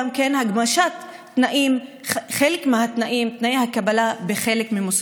שיגלו גם הם איזושהי אמפתיה כלפי אלה שעורכים את החתונות שלהם.